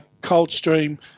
Coldstream